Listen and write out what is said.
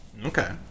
Okay